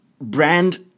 brand